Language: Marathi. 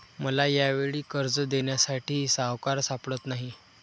मला यावेळी कर्ज देण्यासाठी सावकार सापडत नाही